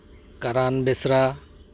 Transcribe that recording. ᱠᱟᱨᱟᱱ ᱵᱮᱥᱨᱟ